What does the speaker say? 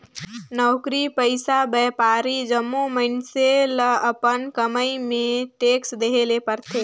नउकरी पइसा, बयपारी जम्मो मइनसे ल अपन कमई में टेक्स देहे ले परथे